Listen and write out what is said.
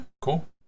Cool